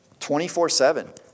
24-7